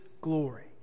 glory